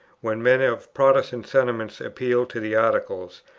when men of protestant sentiments appealed to the articles,